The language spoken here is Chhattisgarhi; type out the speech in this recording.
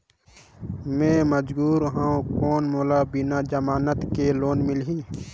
मे मजदूर हवं कौन मोला बिना जमानत के लोन मिलही?